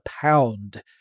pound